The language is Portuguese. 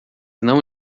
não